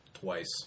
Twice